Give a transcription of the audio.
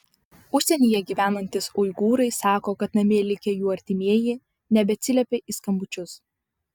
užsienyje gyvenantys uigūrai sako kad namie likę jų artimieji nebeatsiliepia į skambučius